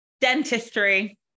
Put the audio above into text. dentistry